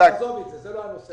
נעזוב את זה, זה לא הנושא.